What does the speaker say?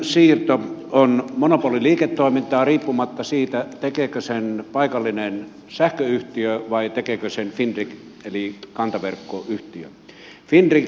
sähkönsiirto on monopoliliiketoimintaa riippumatta siitä tekeekö sen paikallinen sähköyhtiö vai tekeekö sen fingrid eli kantaverkkoyhtiö